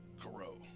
grow